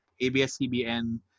ABS-CBN